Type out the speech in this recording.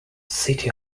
city